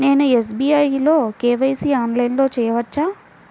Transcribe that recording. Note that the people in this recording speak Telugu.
నేను ఎస్.బీ.ఐ లో కే.వై.సి ఆన్లైన్లో చేయవచ్చా?